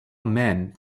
men